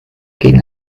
gegen